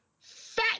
fat